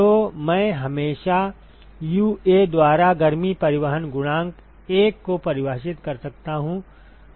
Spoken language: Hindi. तो मैं हमेशा UA द्वारा गर्मी परिवहन गुणांक 1 को परिभाषित कर सकता हूं